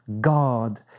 God